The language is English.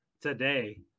today